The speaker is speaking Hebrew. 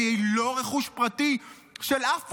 והיא לא רכוש פרטי של אף פוליטיקאי,